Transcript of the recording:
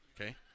okay